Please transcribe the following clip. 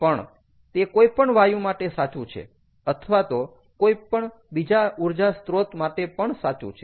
પણ તે કોઈપણ વાયુ માટે સાચું છે અથવા તો કોઈ બીજા ઊર્જા સ્ત્રોત માટે પણ સાચું છે